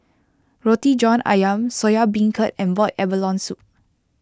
Roti John Ayam Soya Beancurd and Boiled Abalone Soup